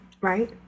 Right